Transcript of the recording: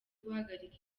guhagarika